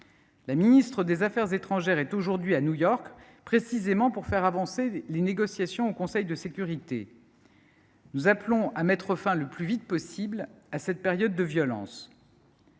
La ministre des affaires étrangères est aujourd’hui à New York, précisément pour faire avancer les négociations au Conseil de sécurité. Nous appelons à mettre fin le plus vite possible à cette période de violence.